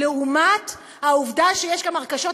לעומת העובדה שיש גם הרכשות.